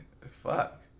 Fuck